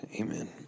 Amen